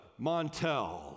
Montel